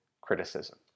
criticism